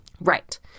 right